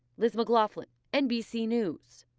this look lovely nbc news.